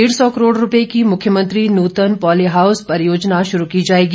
डेढ़ सौ करोड़ रुपये की मुख्यमंत्री नूतन पॉलीहाउस परियोजना शुरू की जाएगी